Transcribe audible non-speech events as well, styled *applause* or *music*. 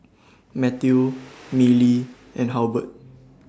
Matteo *noise* Milly and Halbert